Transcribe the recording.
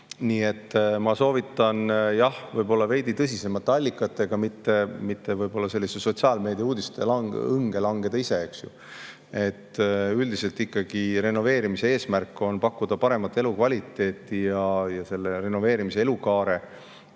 Ma soovitan võib-olla veidi tõsisemate allikatega tegeleda, mitte sotsiaalmeedia uudiste õnge langeda. Üldiselt ikkagi renoveerimise eesmärk on pakkuda paremat elukvaliteeti ja renoveerimise elukaare